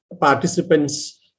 participants